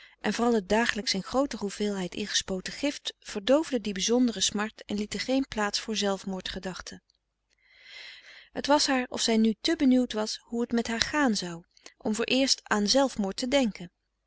en vooral het dagelijks in grooter hoeveelheid ingespoten gift verdoofden die bizondere smart en lieten geen plaats voor zelfmoord gedachten het was alsof zij nu te benieuwd was hoe t met haar gaan zou om vooreerst aan zelfmoord te denken